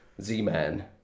Z-Man